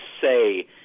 say